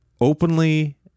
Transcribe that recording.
openly